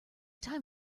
time